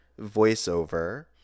voiceover